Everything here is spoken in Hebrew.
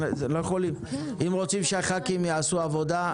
אם רוצים שהח"כים יעשו עבודה,